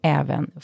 även